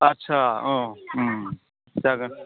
आस्सा अ जागोन